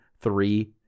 three